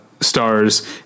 stars